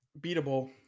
beatable